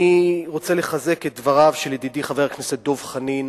אני רוצה לחזק את דבריו של ידידי חבר הכנסת דב חנין.